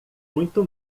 muito